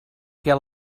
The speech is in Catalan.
què